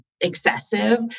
excessive